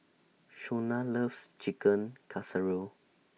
Shauna loves Chicken Casserole